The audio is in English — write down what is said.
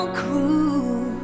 cruel